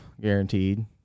guaranteed